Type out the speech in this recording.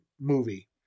movie